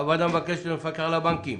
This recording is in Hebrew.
הוועדה מבקשת מהמפקח על הבנקים